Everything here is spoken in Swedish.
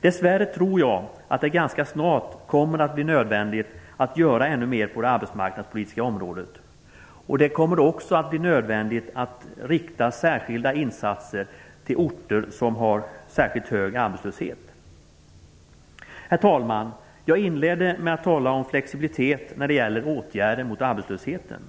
Jag tror att det dessvärre ganska snart kommer att bli nödvändigt att göra ännu mer på det arbetsmarknadspolitiska området. Det kommer också att bli nödvändigt att rikta speciella insatser till orter som har särskilt hög arbetslöshet. Herr talman! Jag inledde med att tala om flexibilitet när det gäller åtgärder mot arbetslösheten.